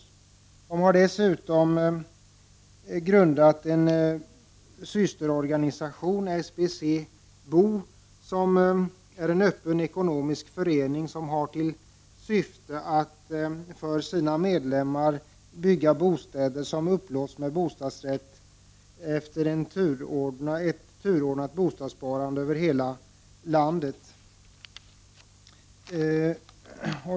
Dessutom har organisationen grundat en systerorganisation, SBC BO, som är en öppen ekonomisk förening med syfte att till sina medlemmar bygga bostäder som upplåts med bostadsrätt enligt ett turordningssystem bland de bostadssparande över hela landet.